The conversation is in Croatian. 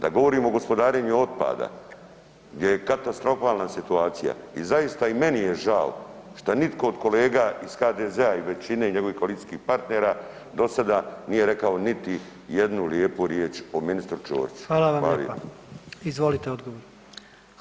Kad govorimo o gospodarenju otpada, gdje je katastrofalna situacija i zaista i meni je žao šta nitko od kolega iz HDZ-a i većine njegovih koalicijskih partnera dosada nije rekao niti jednu lijepu riječ o ministru Ćoriću.